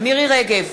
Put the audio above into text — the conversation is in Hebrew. מירי רגב,